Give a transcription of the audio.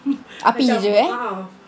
api jer eh